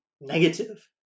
negative